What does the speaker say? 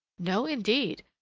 no indeed!